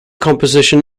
composition